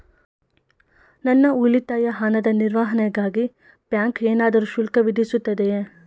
ನನ್ನ ಉಳಿತಾಯ ಹಣದ ನಿರ್ವಹಣೆಗಾಗಿ ಬ್ಯಾಂಕು ಏನಾದರೂ ಶುಲ್ಕ ವಿಧಿಸುತ್ತದೆಯೇ?